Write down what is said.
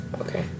Okay